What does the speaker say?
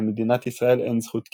למדינת ישראל אין זכות קיום,